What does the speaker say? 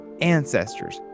ancestors